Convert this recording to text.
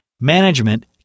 Management